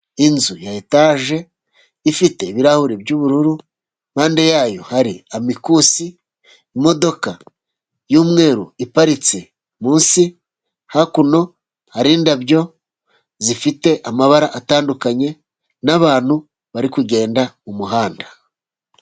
Inzu ya etage ifite ibirahuri by'ubururu impande yayo hari amikusi imodoka y'mweru iparitse munsi hakuno hari indabyo zifite amabara atandukanye nabantu bari kugenda mumuhanda.